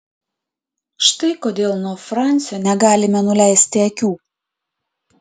štai kodėl nuo fransio negalime nuleisti akių